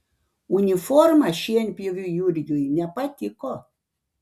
uniforma šienpjoviui jurgiui nepatiko